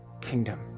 kingdom